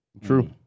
True